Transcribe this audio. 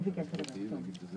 הוא ביקש לדבר, תם.